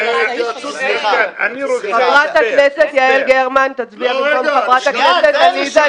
"הוספת סעיף 4א 6. 4א. (ב) (2)מוצרי עישון